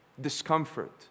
discomfort